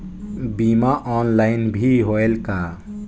बीमा ऑनलाइन भी होयल का?